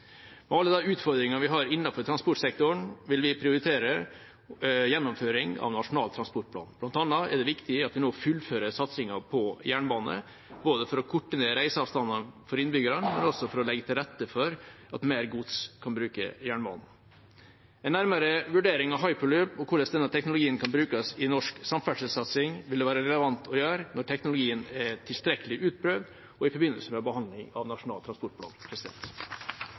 Med alle de utfordringer vi har innenfor transportsektoren, vil vi prioritere gjennomføring av Nasjonal transportplan. Blant annet er det nå viktig at vi fullfører satsingen på jernbane både for å korte ned reiseavstandene for innbyggerne og for å legge til rette for at mer gods kan bruke jernbanen. En nærmere vurdering av hyperloop og hvordan denne teknologien kan brukes i norsk samferdselssatsing vil være relevant når teknologien er tilstrekkelig utprøvd, og i forbindelse med behandling av Nasjonal transportplan.